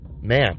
Man